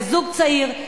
לזוג צעיר,